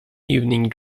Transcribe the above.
evening